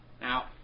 Now